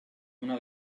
una